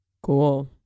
Cool